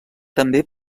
també